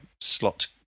slot